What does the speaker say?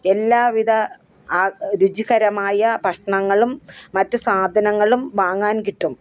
എല്ലാവിധ ആ രുചികരമായ ഭക്ഷണങ്ങളും മറ്റു സാധനങ്ങളും വാങ്ങാൻ കിട്ടും